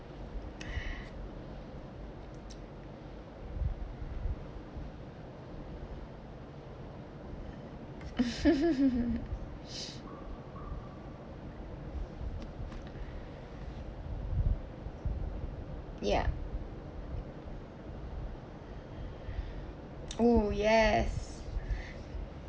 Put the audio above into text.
ya oo yes